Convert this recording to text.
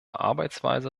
arbeitsweise